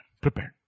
Prepared